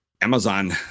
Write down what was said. Amazon